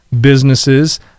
businesses